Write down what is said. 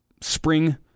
spring